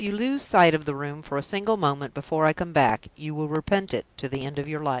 if you lose sight of the room for a single moment before i come back, you will repent it to the end of your life.